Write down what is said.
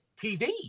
TV